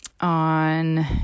on